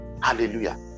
Hallelujah